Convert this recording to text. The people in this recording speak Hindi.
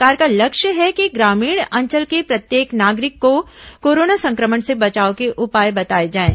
राज्य सरकार का लक्ष्य है कि ग्रामीण अंचल के प्रत्येक नागरिक को कोरोना संक्रमण से बचाव के उपाय बताए जाएं